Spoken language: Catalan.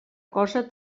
cosa